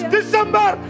December